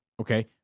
Okay